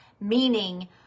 meaning